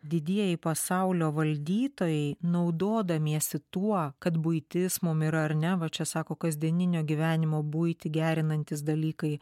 didieji pasaulio valdytojai naudodamiesi tuo kad buitis mum yra ar ne va čia sako kasdieninio gyvenimo buitį gerinantys dalykai